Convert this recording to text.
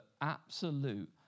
absolute